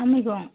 मा मैगं